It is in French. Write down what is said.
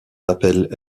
appelle